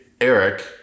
Eric